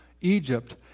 Egypt